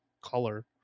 color